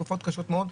תקופות קשות מאוד,